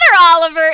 Oliver